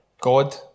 God